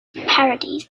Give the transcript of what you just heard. parodies